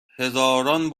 هزاران